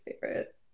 favorite